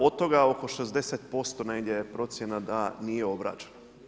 Od toga, oko 60% je negdje procjena da nije obrađeno.